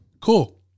Cool